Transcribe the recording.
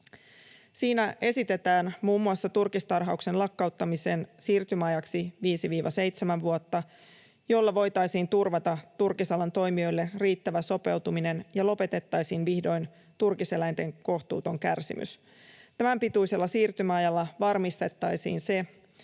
Siinä esitetään muun muassa turkistarhauksen lakkauttamisen siirtymäajaksi 5—7 vuotta, jolla voitaisiin turvata turkisalan toimijoille riittävä sopeutuminen ja lopetettaisiin vihdoin turkiseläinten kohtuuton kärsimys. Tämänpituisella siirtymäajalla varmistettaisiin se,